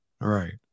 Right